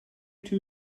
two